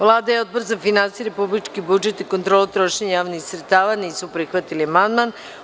Vlada i Odbor za finansije, republički budžet i kontrolu trošenja javnih sredstava nisu prihvatili amandman.